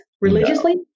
Religiously